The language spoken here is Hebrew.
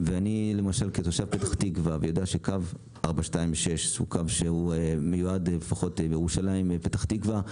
כתושב פתח תקווה אני יודע שקו 426 מיועד לנסיעות מירושלים לפתח תקווה.